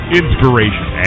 inspiration